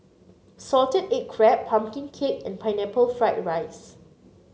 Salted Egg Crab pumpkin cake and Pineapple Fried Rice